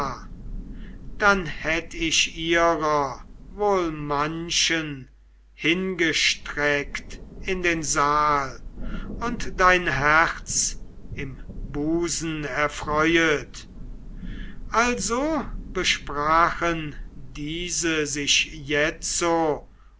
dann hätt ich ihrer wohl manchen hingestreckt in den saal und dein herz im busen erfreuet also besprachen diese sich jetzo